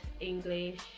English